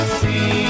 see